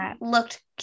looked